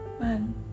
Man